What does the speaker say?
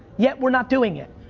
yet we're not doing it.